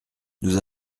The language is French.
nous